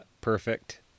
Perfect